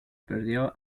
perdió